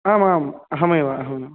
आमाम् अहमेव अहमेव